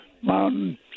mountain